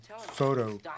photo